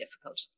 difficult